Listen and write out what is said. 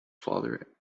father